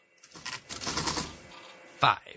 Five